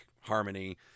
harmony